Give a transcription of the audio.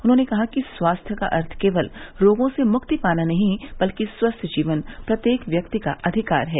उन्होने कहा कि स्वास्थ्य का अर्थ केवल रोगो से मुक्ति पाना नहीं है बल्कि स्वस्थ जीवन प्रत्येक व्यक्ति का अधिकार है